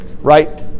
right